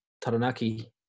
Taranaki